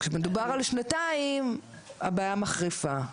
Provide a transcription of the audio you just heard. כשמדובר על שנתיים הבעיה מחריפה.